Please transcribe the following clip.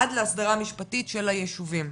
עד להסדרה משפטית של הישובים.